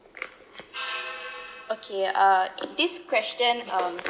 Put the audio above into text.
okay uh this question um